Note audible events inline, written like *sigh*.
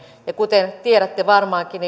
ja kuten tiedätte varmaankin *unintelligible*